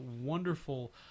wonderful